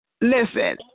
Listen